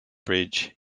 bridge